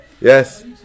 yes